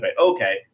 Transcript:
Okay